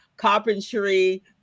carpentry